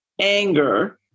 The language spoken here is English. anger